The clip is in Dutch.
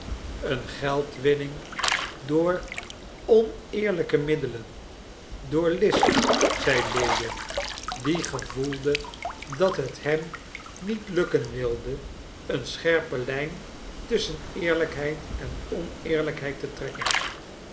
een geldwinning door oneerlijke middelen door list zei lewin die gevoelde dat het hem niet gelukken wilde een scherpe lijn tusschen eerlijkheid en oneerlijkheid te trekken